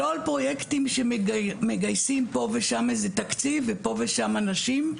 לא על פרויקטים שמגייסים פה ושם איזה תקציב ופה ושם אנשים,